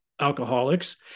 alcoholics